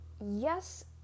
yes